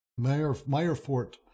Meyerfort